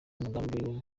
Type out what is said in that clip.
umugambi